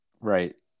Right